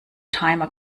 timer